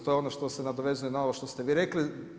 To je ovo što se nadovezuje na ovo što ste vi rekli.